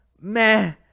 meh